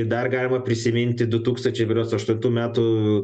dar galima prisiminti du tūkstančiai berods aštuntų metų